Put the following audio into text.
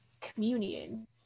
communion